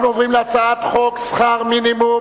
אנחנו עוברים להצעת חוק שכר מינימום.